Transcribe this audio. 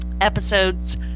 episodes